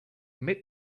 met